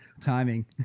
Timing